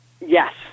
yes